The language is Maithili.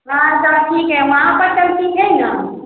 वहाँ दादी वहाँ पर सऽ घूमतै ने